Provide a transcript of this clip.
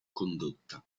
condotta